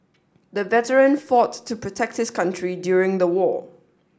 the veteran fought to protect his country during the war